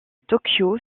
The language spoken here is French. tokyo